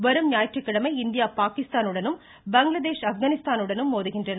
வரும் ஞாயிற்றுக்கிழமை இந்தியா பாகிஸ்தானுடனும் பங்களாதேஷ் ஆப்கானிஸ்தானுடனும் மோதுகின்றன